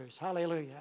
Hallelujah